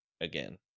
again